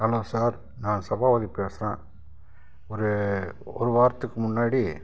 hello sir நான் சபாபதி பேசுறேன் ஒரு ஒரு வாரத்துக்கு முன்னாடி